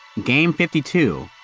game fifty two,